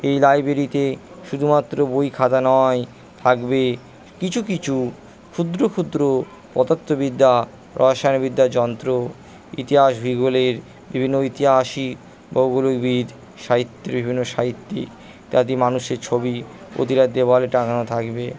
এই লাইব্রেরিতে শুধুমাত্র বই খাতা নয় থাকবে কিছু কিছু ক্ষুদ্র ক্ষুদ্র পদার্থবিদ্যা রসায়নবিদ্যা যন্ত্র ইতিহাস ভূগোলের বিভিন্ন ইতিহাসিক ভৌগোলিকবিদ বিভিন্ন সাহিত্যিক ইত্যাদি মানুষের ছবি প্রতিটা দেওয়ালে টাঙানো থাকবে